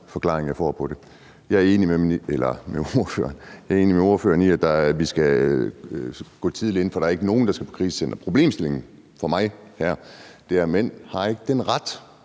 Jeg er enig med ordføreren i, at vi skal gå tidligt ind, for der er ikke nogen, der skal på krisecenter. Problemstillingen for mig er, at mænd ikke har den ret